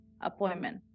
appointment